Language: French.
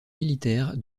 militaire